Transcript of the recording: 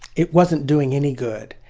it wasn't doing any good.